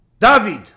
david